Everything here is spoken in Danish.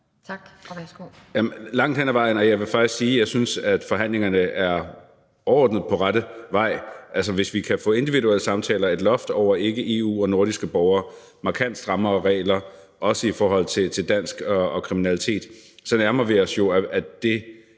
Tak. Og værsgo.